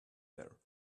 there